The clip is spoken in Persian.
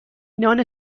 نان